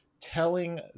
telling